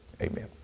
amen